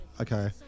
Okay